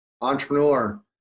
entrepreneur